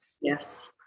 Yes